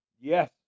Yes